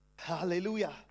hallelujah